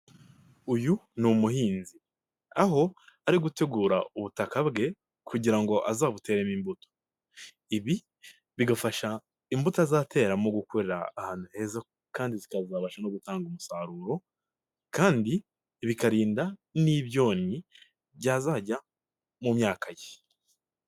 Uyu ni umuhinzi aho ari gutegura ubutaka bwe kugira ngo azabuteremo imbuto, ibi bigafasha imbuto azateramo gukurira ahantu heza kandi zikazabasha no gutanga umusaruro kandi bikarinda n'ibyonnyi byazajya mu myaka ye.